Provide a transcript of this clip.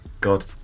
God